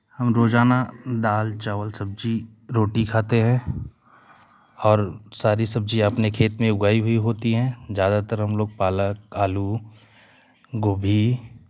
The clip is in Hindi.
हम रोजाना दाल चावल सब्जी रोटी खाते हैं और सारी सब्जियाँ अपने खेत में उगाई हुई होती हैं ज्यादातर हम लोग पालक आलू गोभी